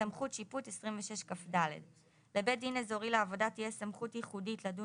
סמכות שיפוט 26כד. לבית דין אזורי לעבודה תהיה סמכות ייחודית לדון